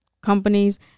companies